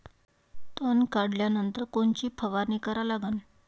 तन काढल्यानंतर कोनची फवारणी करा लागन?